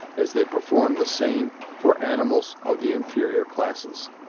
as they perform the same for animals of the inferior classes.